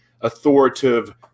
authoritative